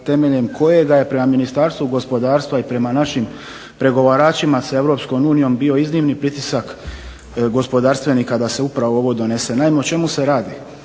temeljem kojega je prema Ministarstvu gospodarstva i prema našim pregovaračima sa Europskom unijom bio iznimni pritisak gospodarstvenika da se upravo ovo donese. Naime o čemu se radi.